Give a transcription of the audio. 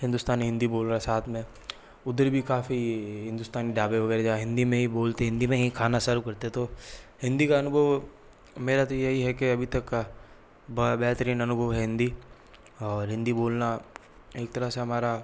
हिन्दुस्तानी हिंदी बोल रहा है साथ में उधर भी काफी हिंदुस्तानी ढाबे वगैरह है जहां हिंदी में ही बोलते हैं हिंदी में ही खाना सर्व करते है तो हिंदी का अनुभव मेरा तो यही है के अभी तक का बह बेहतरीन अनुभव है हिंदी और हिंदी बोलना एक तरह से हमारा